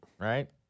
Right